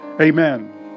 Amen